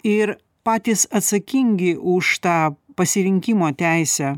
ir patys atsakingi už tą pasirinkimo teisę